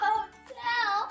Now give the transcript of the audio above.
Hotel